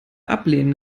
ablehnen